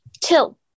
Till